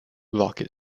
rocket